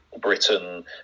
Britain